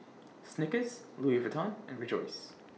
Snickers Louis Vuitton and Rejoice